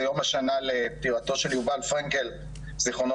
זה יום השנה לפטירתו של יובל פרנקל זכרונו